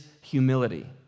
humility